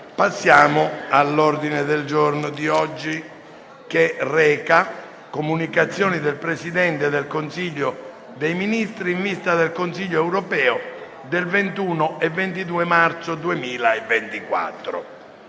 finestra"). L'ordine del giorno reca: «Comunicazioni del Presidente del Consiglio dei ministri in vista del Consiglio europeo del 21 e 22 marzo 2024